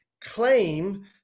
claim